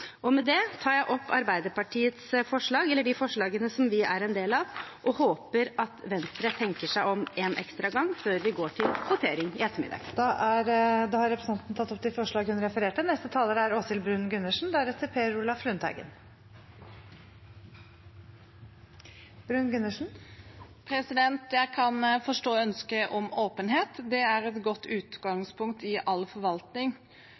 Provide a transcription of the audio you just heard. Med det tar jeg opp de forslagene som Arbeiderpartiet er en del av, og håper at Venstre tenker seg om en ekstra gang før vi går til votering i ettermiddag. Representanten Tuva Moflag har tatt opp de forslagene hun refererte til. Jeg kan forstå ønsket om åpenhet, det er et godt utgangspunkt i all forvaltning.